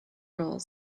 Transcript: rule